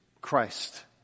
Christ